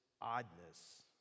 oddness